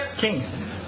King